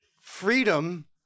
Freedom